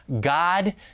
God